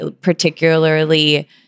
particularly